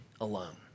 alone